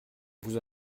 vous